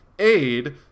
Aid